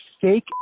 fake